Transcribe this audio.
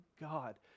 God